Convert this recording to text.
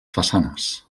façanes